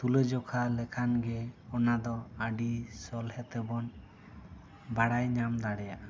ᱛᱩᱞᱟᱹᱡᱚᱠᱷᱟ ᱞᱮᱠᱷᱟᱱ ᱜᱮ ᱚᱱᱟ ᱫᱚ ᱟᱹᱰᱤ ᱥᱚᱞᱦᱮ ᱛᱮᱵᱚᱱ ᱵᱟᱲᱟᱭ ᱧᱟᱢ ᱫᱟᱲᱮᱭᱟᱜᱼᱟ